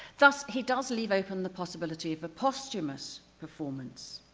thus he does leave open the possibility of a posthumous performance.